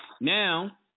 Now